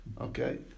Okay